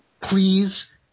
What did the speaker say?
Please